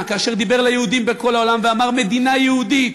כאשר דיבר ליהודים בכל העולם ואמר: מדינה יהודית,